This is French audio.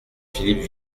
philippe